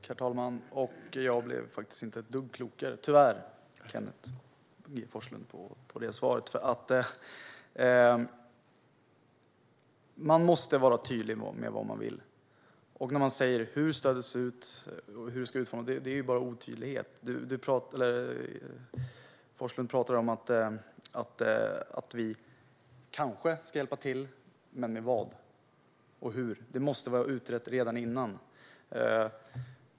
Herr talman! Jag blev tyvärr, Kenneth G Forslund, inte ett dugg klokare på det svaret. Man måste vara tydlig med vad man vill när man talar om hur stödet ska se ut eller utformas annars blir det bara otydligt. Forslund pratar om att vi kanske ska hjälpa till. Men med vad och hur? Det måste vara utrett redan innan.